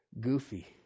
Goofy